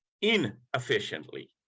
inefficiently